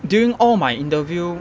during all my interview